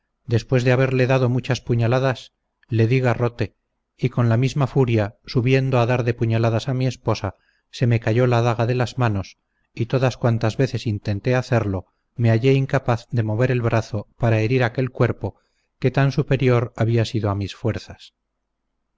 después de haberle dado muchas puñaladas le di garrote y con la misma furia subiendo a dar de puñaladas a mi esposa se me cayó la daga de las manos y todas cuantas veces intenté hacerlo me hallé incapaz de mover el brazo para herir aquel cuerpo que tan superior había sido a mis fuerzas